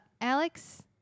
Alex